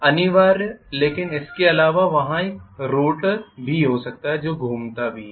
अनिवार्य लेकिन इसके अलावा वहाँ एक रोटर भी हो सकता है जो घूमता भी है